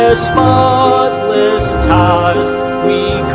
ah spotless towers we